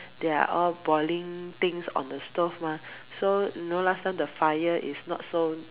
they are all boiling things on the stove mah so you know last time the fire is not so